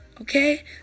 Okay